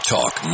Talk